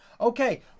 Okay